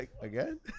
Again